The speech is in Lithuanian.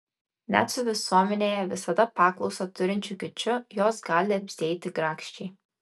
net su visuomenėje visada paklausą turinčiu kiču jos gali apsieiti grakščiai